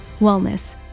wellness